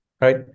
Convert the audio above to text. right